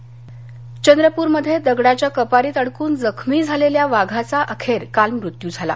वाघ चंद्रपूरमध्ये दगडाच्या कपारीत अडकुन जखमी झालेल्या वाघाचा अखेर काल मृत्यू झाला